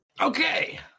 Okay